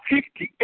Fifty